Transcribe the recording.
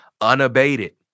unabated